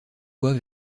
fois